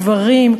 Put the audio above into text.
גברים,